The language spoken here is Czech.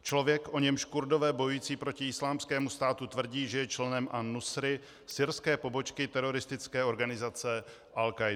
Člověk, o němž Kurdové bojující proti Islámskému státu tvrdí, že je členem AnNusra, syrské pobočky teroristické organizace AlKáida.